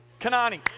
Kanani